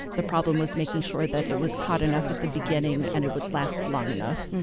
the problem was making sure that it was hot enough at the beginning and it would last long enough.